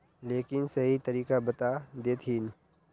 लेकिन सही तरीका बता देतहिन?